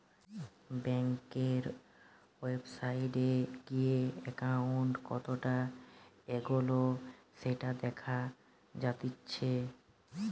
বেংকের ওয়েবসাইটে গিয়ে একাউন্ট কতটা এগোলো সেটা দেখা জাতিচ্চে